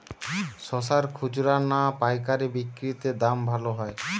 শশার খুচরা না পায়কারী বিক্রি তে দাম ভালো হয়?